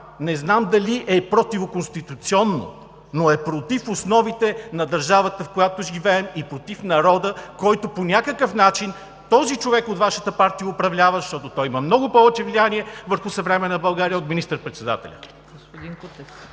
не знам дали е противоконституционно, но е против основите на държавата, в която живеем и против народа, който по някакъв начин този човек от Вашата партия управлява, защото той има много повече влияние върху съвременна България от министър-председателя.